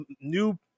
new